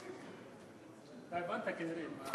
אתה הבנת, כנראה.